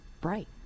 bright